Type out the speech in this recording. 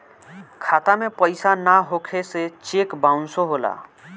खाता में पइसा ना होखे से चेक बाउंसो होला